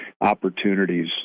opportunities